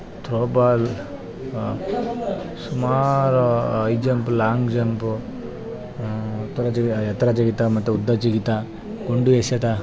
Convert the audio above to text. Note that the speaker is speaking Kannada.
ತ್ರೊಬಾಲ್ ಸುಮಾರು ಐ ಜಂಪ್ ಲಾಂಗ್ ಜಂಪು ಎತ್ತರ ಜಿಗಿತ ಎತ್ತರ ಜಿಗಿತ ಮತ್ತು ಉದ್ದ ಜಿಗಿತ ಗುಂಡು ಎಸೆತ